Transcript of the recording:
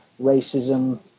racism